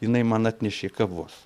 jinai man atnešė kavos